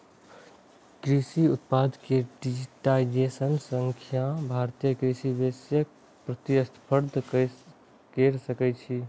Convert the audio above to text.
कृषि उत्पाद के डिजिटाइजेशन सं भारतीय कृषि वैश्विक प्रतिस्पर्धा कैर सकै छै